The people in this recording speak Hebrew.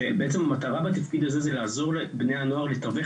שבעצם המטרה בתפקיד הזה זה לעזור לבני הנוער לתווך